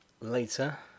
later